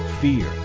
fear